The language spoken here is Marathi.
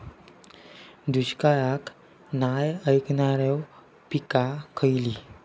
दुष्काळाक नाय ऐकणार्यो पीका खयली?